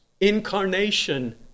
Incarnation